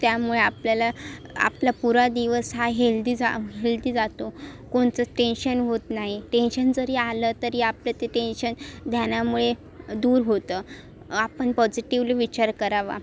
त्यामुळे आपल्याला आपला पुरा दिवस हा हेल्दी जा हेल्दी जातो कोणतंच टेन्शन होत नाही टेन्शन जरी आलं तरी आपलं ते टेन्शन ध्यानामुळे दूर होतं आपण पॉजिटिवली विचार करावा